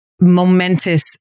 momentous